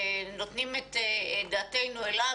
ונותנים את דעתנו עליו.